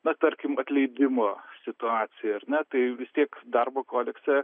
na tarkim atleidimo situacija ar ne tai vis tiek darbo kodekse